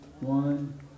one